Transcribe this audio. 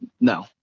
No